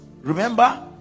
remember